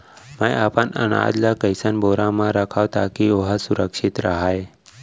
मैं अपन अनाज ला कइसन बोरा म रखव ताकी ओहा सुरक्षित राहय?